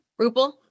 Rupal